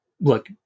look